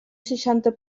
seixanta